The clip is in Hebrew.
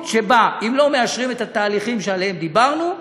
שבה אם לא מאשרים את התהליכים שעליהם דיברנו,